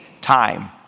time